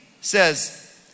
says